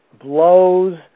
blows